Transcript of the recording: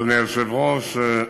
אדוני היושב-ראש,